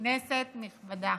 כנסת נכבדה,